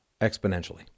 exponentially